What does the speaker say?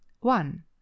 one